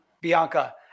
Bianca